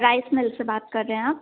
rice mill से बात कर रहे हैं आप